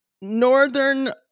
Northern